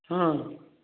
ହଁ